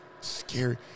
scary